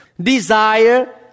desire